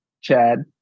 Chad